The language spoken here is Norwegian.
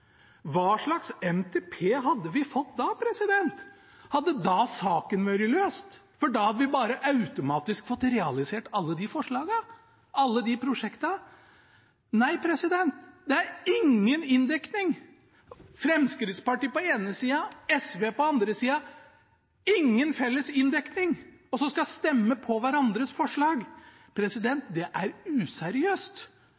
Hva slags NTP hadde vi fått da? Hadde saken da vært løst, for da hadde vi bare automatisk fått realisert alle de forslagene, alle de prosjektene? Nei. Det er ingen inndekning! Fremskrittspartiet på den ene sida, SV på den andre sida – det er ingen felles inndekning. Og så skal en stemme på hverandres forslag.